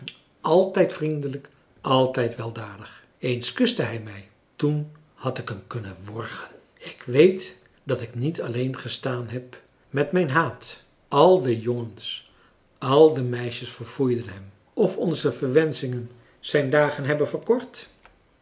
altijd vriendelijk altijd weldadig eens kuste hij mij toen had ik hem kunnen worgen ik weet dat ik niet alleen gestaan heb met mijn haat al de jongens al de meisjes verfoeiden hem of onze verwenschingen zijn dagen hebben verkort